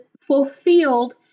fulfilled